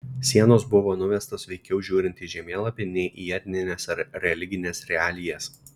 sienos buvo nuvestos veikiau žiūrint į žemėlapį nei į etnines ar religines realijas